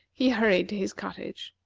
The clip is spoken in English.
he hurried to his cottage.